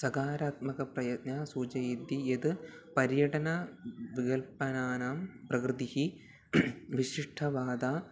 सकारात्मकः प्रयत्नः सूचयति यद् पर्यटनविकल्पानां प्रकृतिः विशिष्टाः वादाः